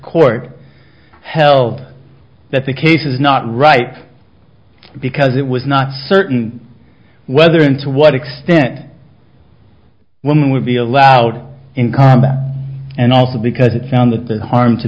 court held that the case is not right because it was not certain whether and to what extent women would be allowed in combat and also because it found that the harm to